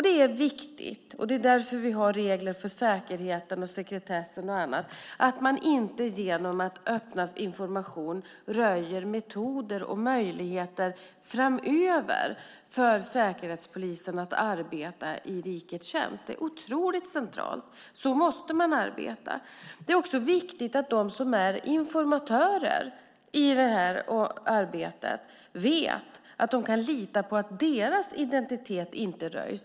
Det är viktigt - det är därför vi har regler för säkerheten, sekretessen och annat - att man inte genom att öppna information röjer metoder och möjligheter framöver för Säkerhetspolisen att arbeta i rikets tjänst. Det är otroligt centralt. Så måste man arbeta. Det är också viktigt att de som är informatörer i detta arbete vet att de kan lita på att deras identitet inte röjs.